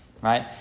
right